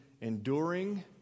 enduring